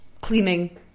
cleaning